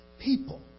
people